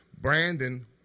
Brandon